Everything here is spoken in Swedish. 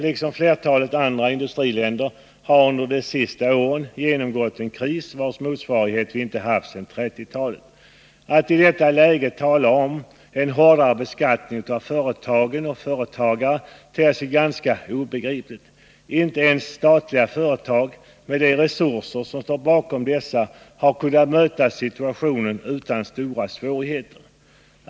Liksom flertalet andra industriländer har Sverige under de senaste åren genomgått en kris, vars motsvarighet vi inte haft sedan 1930-talet. Att i detta läge tala om en hårdare beskattning av företagen och företagarna ter sig ganska obegripligt. Inte ens statliga företag, med de resurser som står bakom dessa, har kunnat möta situationen utan stora svårigheter.